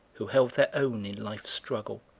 who held their own in life's struggle,